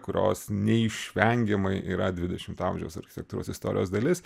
kurios neišvengiamai yra dvidešimto amžiaus architektūros istorijos dalis